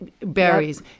berries